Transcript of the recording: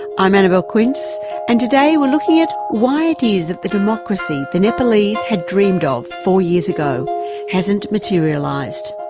i'm annabelle quince and today we're looking at why it is that the democracy the nepalese had dreamed of four years ago hasn't materialised.